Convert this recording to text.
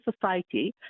society